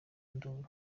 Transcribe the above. induru